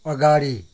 अगाडि